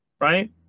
right